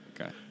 Okay